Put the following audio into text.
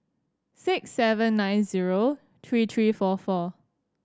six seven nine zero three three four four